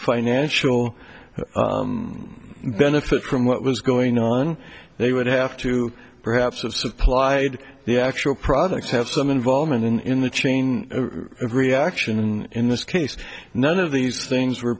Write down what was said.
financial benefit from what was going on they would have to perhaps of supplied the actual products have some involvement in the chain reaction in this case none of these things were